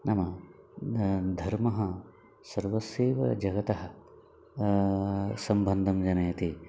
नाम धर्मः सर्वस्यैव जगतः सम्बन्धं जनयति